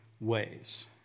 ways